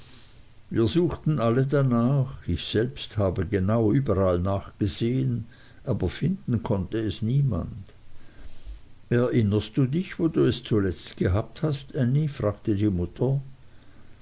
wir suchten alle danach ich selbst habe genau überall nachgesehen aber finden konnte es niemand erinnerst du dich wo du es zuletzt gehabt hast ännie fragte die mutter